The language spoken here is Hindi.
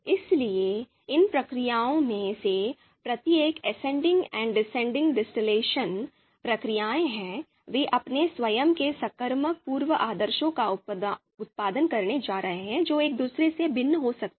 इसलिए इन प्रक्रियाओं में से प्रत्येक ascending and descending distillation प्रक्रियाएं हैं वे अपने स्वयं के सकर्मक पूर्व आदेशों का उत्पादन करने जा रहे हैं जो एक दूसरे से भिन्न हो सकते हैं